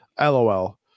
LOL